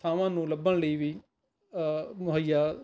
ਥਾਵਾਂ ਨੂੰ ਲੱਭਣ ਲਈ ਵੀ ਮੁਹੱਈਆ